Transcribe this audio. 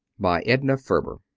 by edna ferber